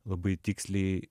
labai tiksliai